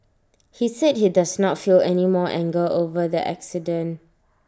he said he does not feel any more anger over the accident